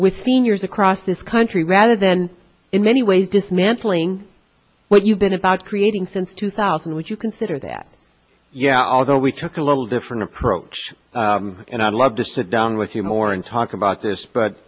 with seniors across this country rather than in many ways dismantling what you've been about creating since two thousand would you consider that yeah although we took a little different approach and i'd love to sit down with you more and talk about this but